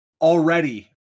already